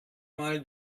mal